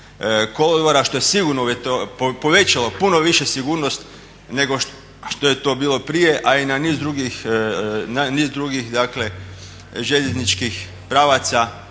što je sigurno povećalo puno više sigurnost nego što je to bilo prije a i na niz drugih dakle željezničkih pravaca